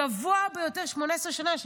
הגבוה ביותר מזה 18 שנה.